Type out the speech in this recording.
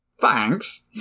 Thanks